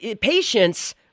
patience